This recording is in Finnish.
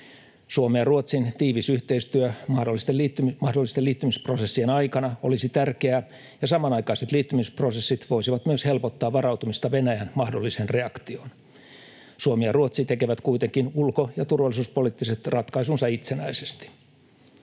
Suomen ja Ruotsin tiivis yhteistyö mahdollisten liittymisprosessien aikana olisi tärkeää ja samanaikaiset liittymisprosessit voisivat myös helpottaa varautumista Venäjän mahdolliseen reaktioon. Suomi ja Ruotsi tekevät kuitenkin ulko- ja turvallisuuspoliittiset ratkaisunsa itsenäisesti.